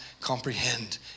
comprehend